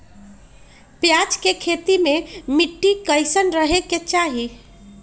प्याज के खेती मे मिट्टी कैसन रहे के चाही?